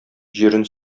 җирен